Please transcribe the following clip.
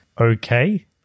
okay